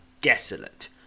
desolate